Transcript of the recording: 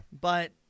But-